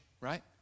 right